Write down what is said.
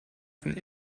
von